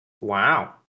Wow